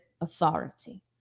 authority